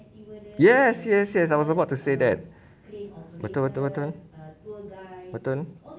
yes yes yes I was about to say that betul betul betul betul